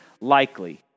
likely